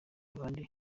abandi